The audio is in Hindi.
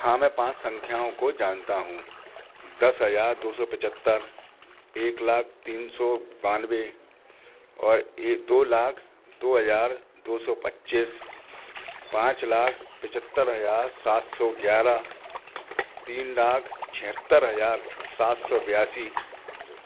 हाँ मैं पाँच संख्याओं को जानता हूँ दस हज़ार दो सौ पचहत्तर एक लाख तीन सौ बानवे और एक दो लाख दो हजार दो सौ पच्चीस पाँच लाख पचहत्तर हजार सात सौ ग्यारह तीन लाख छिहत्तर हजार सात सो बयासी